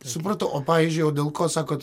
supratau o pavyzdžiui o dėl ko sakot